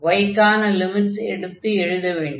y க்கான லிமிட்ஸை எடுத்து எழுத வேண்டும்